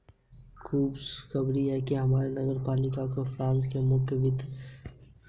खुशखबरी है हमारे नगर पालिका को फ्रांस के मुख्य वित्त संस्थान ने ऋण दिया है